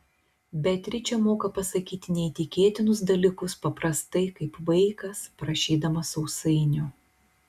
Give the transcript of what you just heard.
beatričė moka pasakyti neįtikėtinus dalykus paprastai kaip vaikas prašydamas sausainio